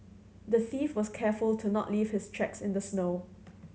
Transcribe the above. the thief was careful to not leave his tracks in the snow